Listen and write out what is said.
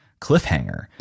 cliffhanger